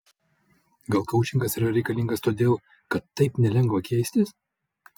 gal koučingas yra reikalingas todėl kad taip nelengva keistis